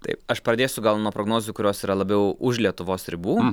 taip aš pradėsiu gal nuo prognozių kurios yra labiau už lietuvos ribų